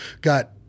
got